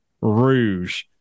Rouge